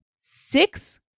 six